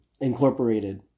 incorporated